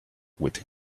with